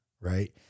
right